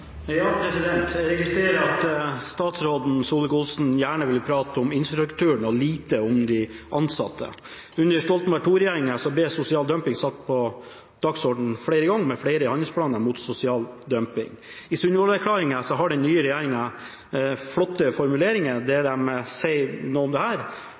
Jeg registrerer at statsråd Solvik-Olsen gjerne ville prate om infrastrukturen og lite om de ansatte. Under Stoltenberg II-regjeringen ble sosial dumping satt på dagsordenen flere ganger, med flere handlingsplaner mot sosial dumping. I Sundvolden-erklæringen har den nye regjeringen flotte formuleringer der de sier noe om